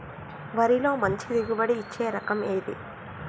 వరిలో మంచి దిగుబడి ఇచ్చే రకం ఏది?